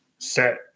set